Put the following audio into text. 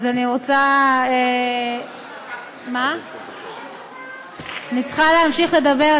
אני רוצה, אני צריכה להמשיך לדבר.